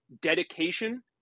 dedication